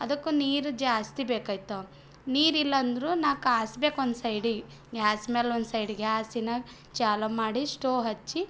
ಅದಕ್ಕೂ ನೀರು ಜಾಸ್ತಿ ಬೇಕಾಗ್ತವೆ ನೀರು ಇಲ್ಲ ಅಂದರೂ ನಾನು ಕಾಯ್ಸ್ಬೇಕು ಒಂದು ಸೈಡಿಗೆ ಗ್ಯಾಸ್ ಮೇಲೆ ಒಂದು ಸೈಡು ಗ್ಯಾಸಿನ ಚಾಲು ಮಾಡಿ ಸ್ಟವ್ ಹಚ್ಚಿ